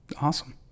Awesome